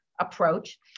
approach